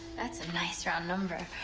that's a nice round number.